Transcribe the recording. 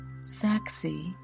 sexy